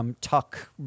tuck